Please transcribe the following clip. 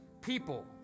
People